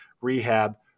rehab